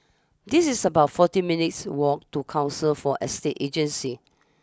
this is about forty minutes' walk to Council for Estate Agencies